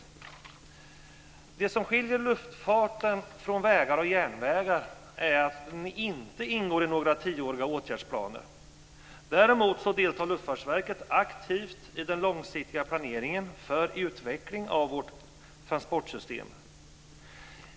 Något som skiljer luftfarten från vägar och järnvägar är att den inte ingår i några tioåriga åtgärdsplaner. Däremot deltar Luftfartsverket aktivt i den långsiktiga planeringen för utveckling av vårt transportsystem.